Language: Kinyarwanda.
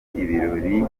ibirori